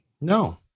No